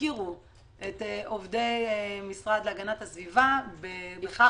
הפקירו את עובדי המשרד להגנת הסביבה בכך